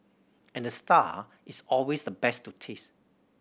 and the star is always the best to taste